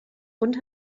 und